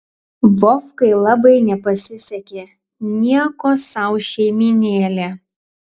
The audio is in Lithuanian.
vovkai labai nepasisekė nieko sau šeimynėlė